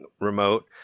remote